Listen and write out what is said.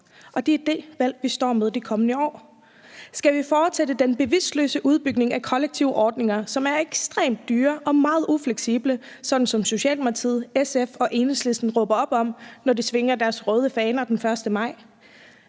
Det er det valg, vi står med de kommende år: Skal vi fortsætte den bevidstløse udbygning af kollektive ordninger, som er ekstremt dyre og meget ufleksible, sådan som Socialdemokratiet, SF og Enhedslisten råber op om, når de svinger deres røde faner den 1. maj,